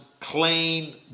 clean